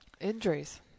injuries